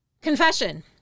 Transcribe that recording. Confession